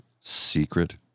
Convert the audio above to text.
secret